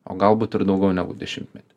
o galbūt ir daugiau negu dešimtmetį